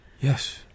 Yes